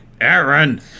Aaron